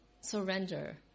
surrender